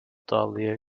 dahlia